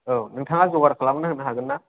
औ नोंथाङा जगार खालामना होनो हागोन ना